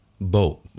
boat